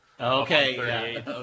Okay